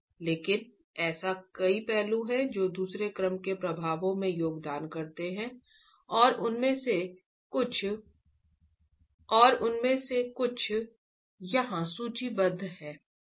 लेकिन ऐसे कई पहलू हैं जो दूसरे क्रम के प्रभावों में योगदान करते हैं और उनमें से कुछ यहां सूचीबद्ध हैं